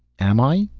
am i?